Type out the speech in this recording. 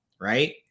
right